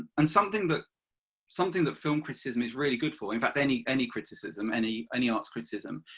and something that something that film criticism is really good for, in fact any any criticism, any any arts criticism,